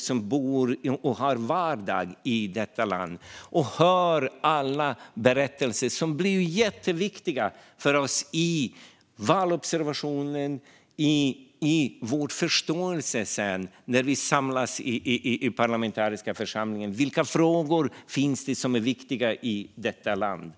som bor och har sin vardag i detta land. Vi hör alla berättelser. De blir jätteviktiga för oss i valobservationen och sedan i vår förståelse när vi samlas i den parlamentariska församlingen. Vilka frågor finns det som är viktiga i detta land?